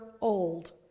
old